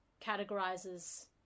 categorizes